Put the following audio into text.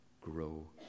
grow